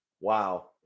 Wow